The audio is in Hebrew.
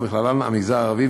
ובכללן המגזר הערבי,